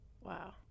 wow